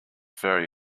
very